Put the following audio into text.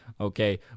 Okay